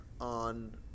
on